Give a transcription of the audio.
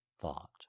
thought